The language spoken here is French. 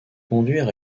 conduire